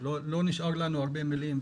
לא נשארו לנו הרבה דברים,